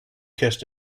kissed